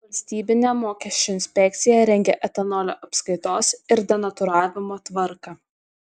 valstybinė mokesčių inspekcija rengią etanolio apskaitos ir denatūravimo tvarką